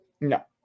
No